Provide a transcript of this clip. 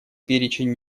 перечень